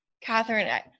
Catherine